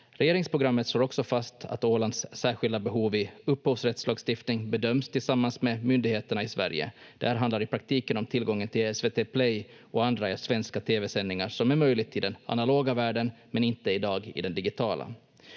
Regeringsprogrammet slår också fast att Ålands särskilda behov i upphovsrättslagstiftning bedöms tillsammans med myndigheterna i Sverige. Där handlar det i praktiken om tillgången till SVT Play och andra svenska tv-sändningar, vilket är möjligt i den analoga världen men inte i dag i den digitala.